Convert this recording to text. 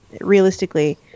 realistically